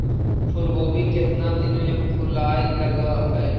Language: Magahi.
फुलगोभी केतना दिन में फुलाइ लग है?